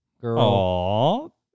Girl